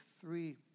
three